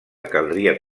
caldria